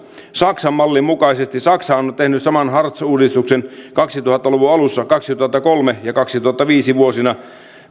saksan mallin mukaisesti saksahan on tehnyt hartz uudistuksen kaksituhatta luvun alussa vuosina kaksituhattakolme ja kaksituhattaviisi